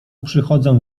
przychodzę